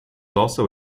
also